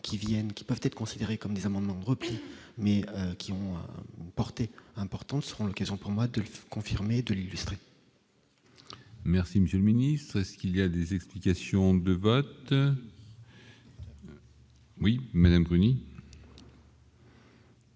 qui peuvent être considérés comme des amendements repli mais qui ont porté importantes seront l'occasion pour moi de confirmer, de l'illustrer. Merci, Monsieur le Ministre, ce qu'il y a des explications de vote. Le. Oui, Madame Bruni.